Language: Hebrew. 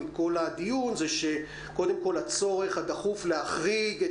מכל הדיון זה שקודם כול הצורך הדחוף להחריג את